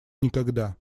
никогда